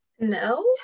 No